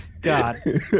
God